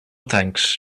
thanks